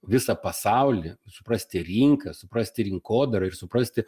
visą pasaulį suprasti rinką suprasti rinkodarą ir suprasti